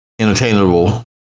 entertainable